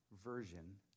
version